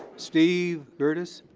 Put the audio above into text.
steve curtis.